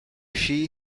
she